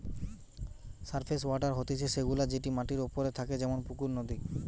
surface water হতিছে সে গুলা যেটি মাটির ওপরে থাকে যেমন পুকুর, নদী